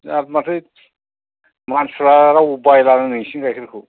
हाब माथो मानसिफ्रा रावबो बायलानो नोंसिनि गायखेरखौ